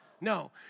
No